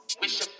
Wish